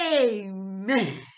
Amen